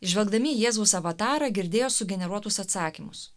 žvelgdami jėzaus avatarą girdėjo sugeneruotus atsakymus